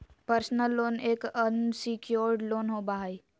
personal loan एक unsecured loan होबा हई